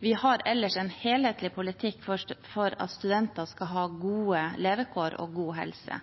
Vi har ellers en helhetlig politikk for at studenter skal ha gode levekår og god helse.